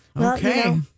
okay